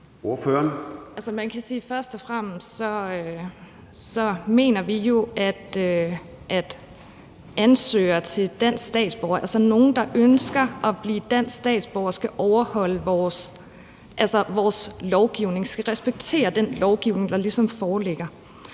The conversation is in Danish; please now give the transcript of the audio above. dansk statsborgerskab, altså nogle, der ønsker at blive danske statsborgere, skal overholde vores lovgivning og skal respektere den lovgivning, der ligesom